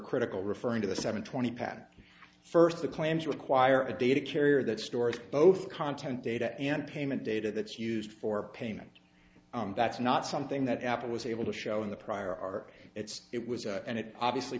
critical referring to the seven twenty patent first the claims require a data carrier that stores both content data and payment data that's used for payment that's not something that apple was able to show in the prior are it's it was and it obviously